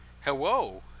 Hello